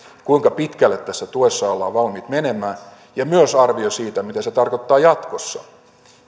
kuinka pitkälle tässä tuessa ollaan valmiit menemään ja myös arvio siitä mitä se tarkoittaa jatkossa